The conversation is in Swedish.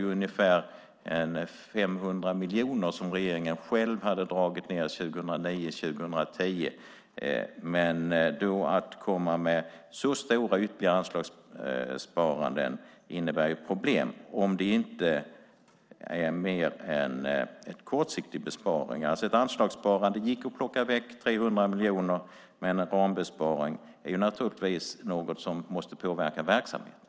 Regeringen hade själv dragit ned med ungefär 500 miljoner 2009-2010. Att då komma med så stora ytterligare anslagssparanden innebär problem om det inte är fråga om annat än en kortsiktig besparing. Det gick att plocka bort 300 miljoner i anslagssparande, men en rambesparing är naturligtvis något som måste påverka verksamheten.